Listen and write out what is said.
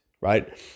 right